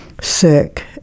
sick